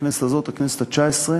הכנסת הזאת, הכנסת התשע-עשרה,